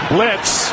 Blitz